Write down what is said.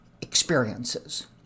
Experiences